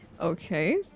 Okay